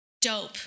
Dope